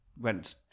went